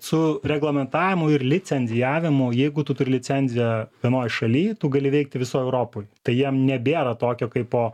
su reglamentavimu ir licencijavimu jeigu tu turi licenziją vienoj šaly tu gali veikti visoj europoj tai jiem nebėra tokio kaipo